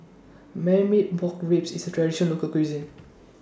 Marmite Pork Ribs IS A Traditional Local Cuisine